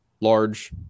large